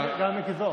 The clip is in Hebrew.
גם מיקי זוהר.